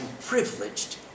privileged